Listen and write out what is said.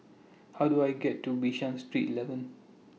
How Do I get to Bishan Street eleven